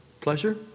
pleasure